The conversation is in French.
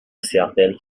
certaines